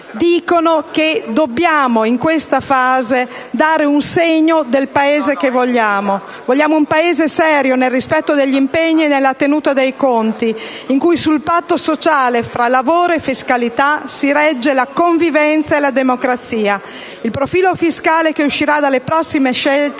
dicono che dobbiamo, in questa fase, dare un segno del Paese che vogliamo. Vogliamo un Paese serio nel rispetto degli impegni e nella tenuta dei conti, in cui sul patto sociale fra lavoro e fiscalità si regge la convivenza e la democrazia. Il profilo fiscale che uscirà dalle prossime scelte